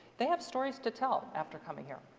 they have stories to tell after coming here.